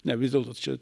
ne vis dėlto čia